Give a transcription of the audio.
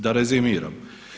Da rezimiram.